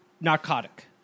narcotic